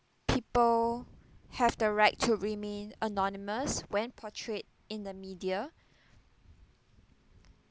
people have the right to remain anonymous when portrayed in the media